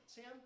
Sam